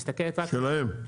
שלהם.